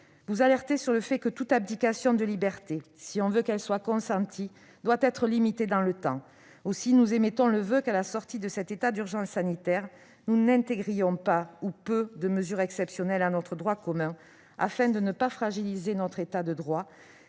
vous alerter sur le fait que toute abdication de liberté, si on veut qu'elle soit consentie, doit être limitée dans le temps. Aussi, nous formons le voeu que, à la sortie de cet état d'urgence sanitaire, nous n'intégrions pas, ou peu, de mesures exceptionnelles dans notre droit commun afin de ne pas fragiliser notre État de droit.